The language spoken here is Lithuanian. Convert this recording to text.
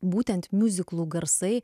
būtent miuziklų garsai